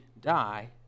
die